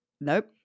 nope